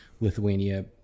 Lithuania